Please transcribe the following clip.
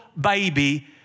baby